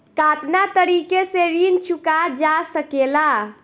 कातना तरीके से ऋण चुका जा सेकला?